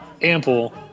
ample